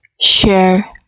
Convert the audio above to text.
share